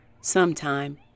sometime